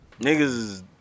niggas